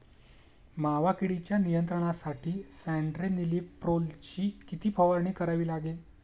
मावा किडीच्या नियंत्रणासाठी स्यान्ट्रेनिलीप्रोलची किती फवारणी करावी लागेल?